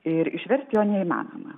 ir išversti jo neįmanoma